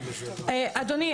אדוני,